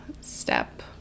step